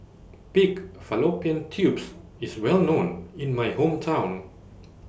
Pig Fallopian Tubes IS Well known in My Hometown